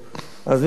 אז יתקנו את החוק.